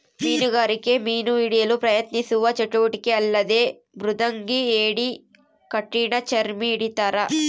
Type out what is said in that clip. ಮೀನುಗಾರಿಕೆ ಮೀನು ಹಿಡಿಯಲು ಪ್ರಯತ್ನಿಸುವ ಚಟುವಟಿಕೆ ಅಲ್ಲದೆ ಮೃದಂಗಿ ಏಡಿ ಕಠಿಣಚರ್ಮಿ ಹಿಡಿತಾರ